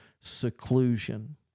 seclusion